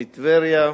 מטבריה,